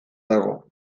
dago